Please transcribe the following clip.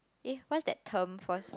eh what is that term first